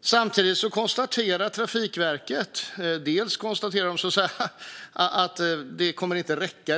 Samtidigt konstaterar Trafikverket att resurserna för väg inte kommer att räcka.